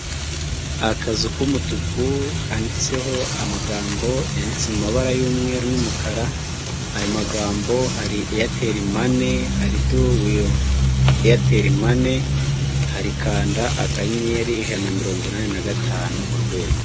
Akazu k'umutuku kanditseho amagambo yanditse amabara y'umweru n'umukara ayo magambo hari Eyateri mane, hari du wivu Eyateri mane, hari kanda akanyenyeri ijana na mirongo inani na gatanu urwego.